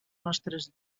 nostres